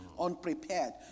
unprepared